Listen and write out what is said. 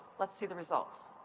let's see the results.